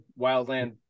wildland